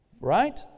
Right